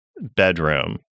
bedroom